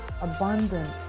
abundant